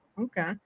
Okay